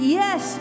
yes